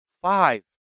Five